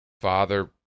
father